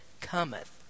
cometh